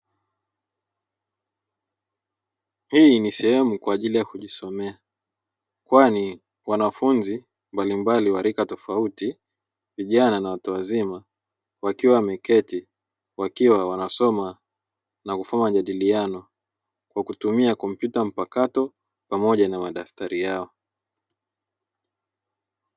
Hii ni sehemu kwa ajili ya kujisomea kwani wanafunzi mbalimbali wa rika tofauti vijana na watu wazima wakiwa wameketi, wakiwa wanasoma na kufanya majadiliano kwa kutumia kompyuta mpakato pamoja na madaftari yao.